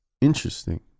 interesting